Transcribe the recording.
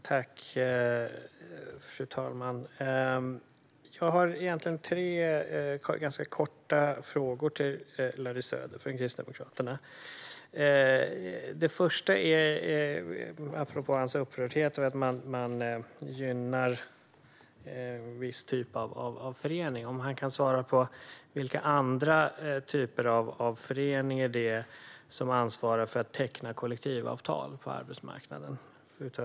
Fru talman! Jag har tre ganska korta frågor till Larry Söder i Kristdemokraterna. Den första gäller apropå hans upprördhet över att man gynnar en viss typ av förening. Kan han svara på vilka andra föreningar utöver fackföreningar som ansvarar för att teckna kollektivavtal på arbetsmarknaden?